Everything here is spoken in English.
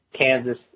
Kansas